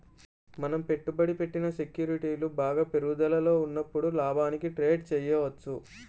మనం పెట్టుబడి పెట్టిన సెక్యూరిటీలు బాగా పెరుగుదలలో ఉన్నప్పుడు లాభానికి ట్రేడ్ చేయవచ్చు